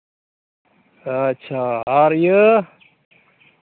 ᱟᱪᱪᱷᱟ ᱟᱨ ᱤᱭᱟᱹ